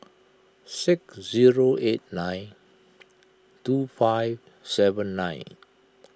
six zero eight nine two five seven nine